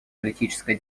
политической